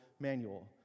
manual